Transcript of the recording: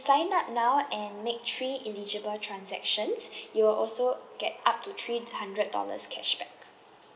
sign up now and make three eligible transactions you'll also get up to three hundred dollars cashback